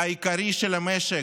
העיקרי של המשק,